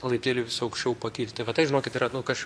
laipteliu vis aukščiau pakilti va tai žinokit yra nu kaž